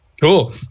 cool